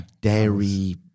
Dairy